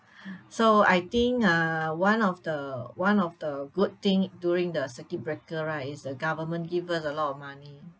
so I think uh one of the one of the good thing during the circuit breaker right is the government give us a lot of money